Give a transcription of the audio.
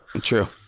True